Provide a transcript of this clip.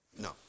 No